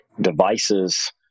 devices